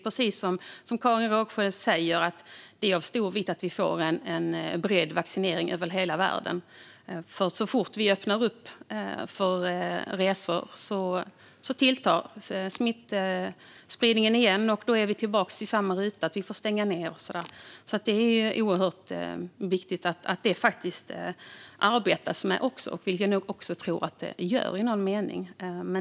Precis som Karin Rågsjö säger är det av stor vikt att vi får en bred vaccinering över hela världen. Så fort vi öppnar upp för resor tilltar smittspridningen, och då är vi tillbaka på ruta ett och får stänga ned. Därför är det viktigt att arbeta med detta, vilket jag tror att man gör.